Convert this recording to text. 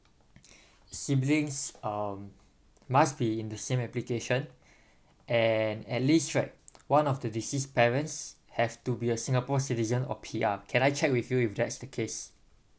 siblings um must be in the same application and at least right one of the deceased parents have to be a singapore citizen or P_R can I check with you if that's the case